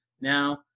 now